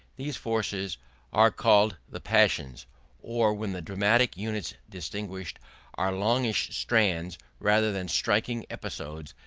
these forces are called the passions or when the dramatic units distinguished are longish strands rather than striking episodes,